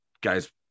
guys